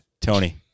Tony